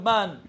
Man